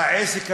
לא תמיכה בעסקים